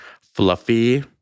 fluffy